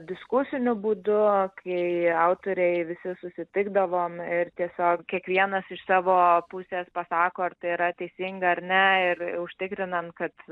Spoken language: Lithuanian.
diskusiniu būdu kai autoriai visi susitikdavom ir tiesiog kiekvienas iš savo pusės pasako ar tai yra teisinga ar ne ir užtikrinant kad